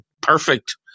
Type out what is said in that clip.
perfect